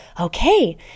okay